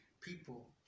people